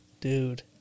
Dude